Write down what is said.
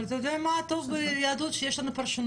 אבל אתה יודע מה טוב ביהדות, שיש לנו פרשנויות.